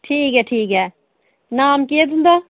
ठीक ऐ ठीक ऐ नाम केह् ऐ तुं'दा